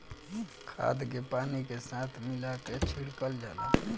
खाद के पानी के साथ मिला के छिड़कल जाला